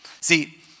See